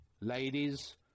ladies